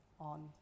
on